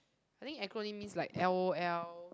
I think acronym means like l_o_l